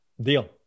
Deal